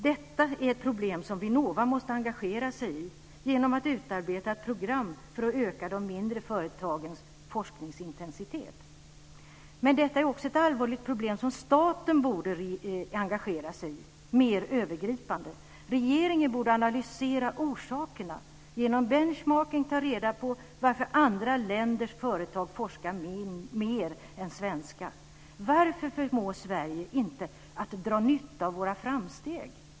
Detta är ett problem som Vinnova måste engagera sig i genom att utarbeta ett program för att öka de mindre företagens forskningsintensitet. Men detta är också ett allvarligt problem som staten borde engagera sig i mer övergripande. Regeringen borde analysera orsakerna och genom benchmarking ta reda varför andra länders företag forskar mer än svenska. Varför förmår Sverige inte att dra nytta av våra framsteg?